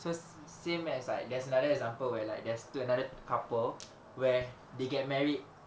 so same as like there's another example where like there's two another couple where they get married